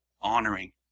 honoring